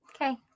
okay